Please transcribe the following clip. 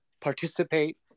participate